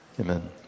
Amen